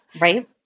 right